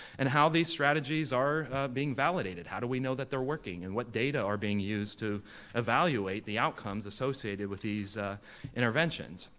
and how these strategies are being validated. how do we know that they're working, and what data are being used to evaluate the outcomes associated with these interventions?